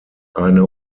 eine